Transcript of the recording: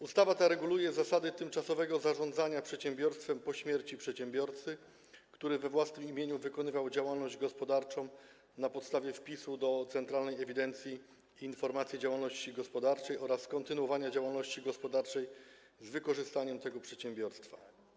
Ustawa ta reguluje zasady tymczasowego zarządzania przedsiębiorstwem po śmierci przedsiębiorcy, który we własnym imieniu wykonywał działalność gospodarczą na podstawie wpisu do Centralnej Ewidencji i Informacji o Działalności Gospodarczej, oraz kontynuowania działalności gospodarczej z wykorzystaniem tego przedsiębiorstwa.